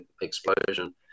explosion